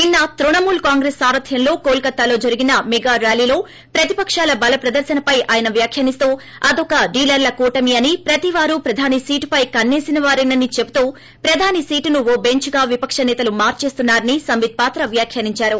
నిన్స తృణమూల్ కాంగ్రెస్ సారథ్యంలో కోల్కతాలో జరిగిన మెగా ర్యాలీలో ప్రతిపకాల బల ప్రదర్నపై ఆయన వ్యాఖ్యానిస్తూ అదొక డీలర్ల కూటమి అని ప్రతివారు ప్రధాని సీటుపై కస్పే సినవారేనని చెబుతూ ప్రధాని సీటును ఓ బెంచ్గా విపక్షనేతలు మార్పేస్తున్నారని సంబిత్ పాత్ర వ్యాఖ్యానించారు